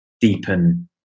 deepen